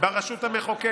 נא לצאת.